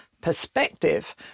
perspective